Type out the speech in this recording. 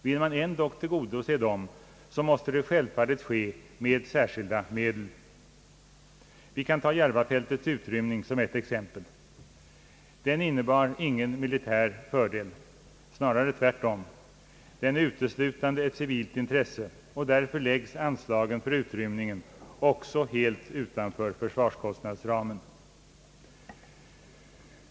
Vill man ändock tillgodose dem, måste det självfallet ske med särskilda medel. Vi kan ta Järvafältets utrymning som ett exempel. Den innebar ingen militär fördel — snarare tvärtom — den är uteslutande ett civilt intresse, och därför läggs anslagen för utrymningen också helt utanför försvarskostnadsramen.